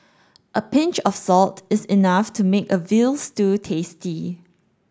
a pinch of salt is enough to make a veal stew tasty